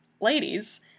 ladies